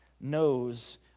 knows